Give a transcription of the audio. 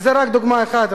וזה רק דוגמה אחת.